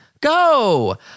Go